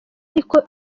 ariko